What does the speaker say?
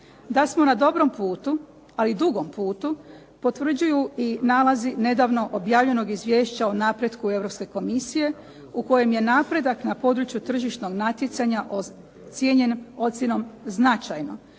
Da smo na dobrom putu, ali na dugom putu, potvrđuju i nalazi nedavno objavljenog izvješća o napretku Europske komisije u kojem je napredak na području tržišnog natjecanja ocijenjen ocjenom značajno